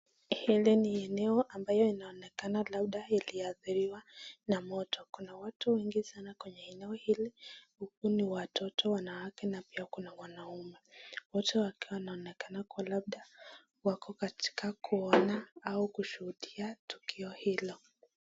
Hili ni eneo ambayo inaonekana labda liliadhiriwa na moto. Kuna watu wengi sana kwenye eneo hili, huku ni watoto , wanawake na pia kuna wanaume. Wote wakionekana labda wako katika kuona au kushuhudia tukio hilo.